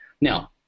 Now